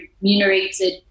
remunerated